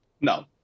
No